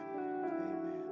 Amen